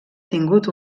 tingut